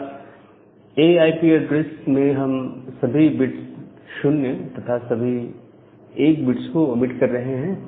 class A IP address में हम सभी 0 बिट्स और सभी 1 बिट्स को ओमीट कर रहे हैं